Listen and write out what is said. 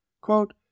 Quote